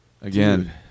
Again